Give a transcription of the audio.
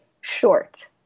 short